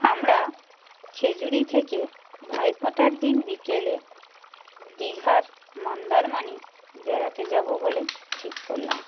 আমরা খেজুরি থেকে ভাইফোঁটার দিন বিকেলে দীঘার মন্দারমণি বেড়াতে যাবো বলে ঠিক করলাম